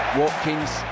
watkins